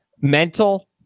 Mental